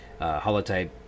holotype